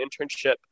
internship